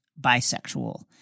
bisexual